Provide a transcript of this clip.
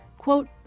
quote